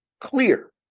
clear